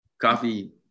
coffee